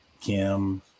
Kim